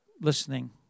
listening